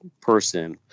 person